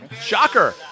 Shocker